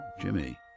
Jimmy